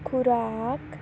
ਖੁਰਾਕ